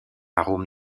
arôme